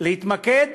להתמקד